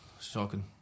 shocking